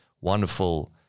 wonderful